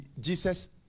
Jesus